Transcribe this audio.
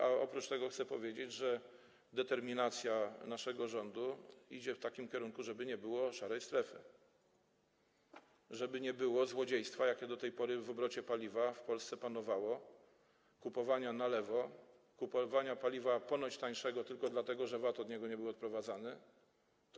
A oprócz tego chcę powiedzieć, że determinacja naszego rządu idzie w takim kierunku, żeby nie było szarej strefy, żeby nie było złodziejstwa, jakie do tej pory w obrocie paliwa w Polsce panowało, kupowania na lewo, kupowania paliwa ponoć tańszego tylko dlatego, że nie był od niego odprowadzany VAT.